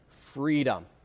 freedom